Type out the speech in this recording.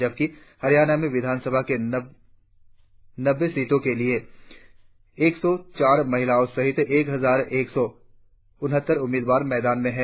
जबकि हरियाणा में विधानसभा की नब्बे सीटों के लिए एक सौ चार महिलाओं सहित एक हजार एक सौ उनहत्तर उम्मीदवार मैदान में है